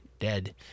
dead